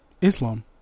Islam